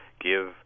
give